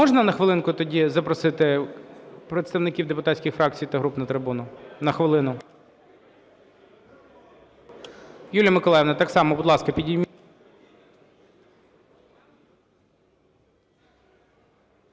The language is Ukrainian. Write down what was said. можна на хвилинку тоді запросити представників депутатських фракцій та груп на трибуну? На хвилину. Юлія Миколаївна, так само, будь ласка… Колеги,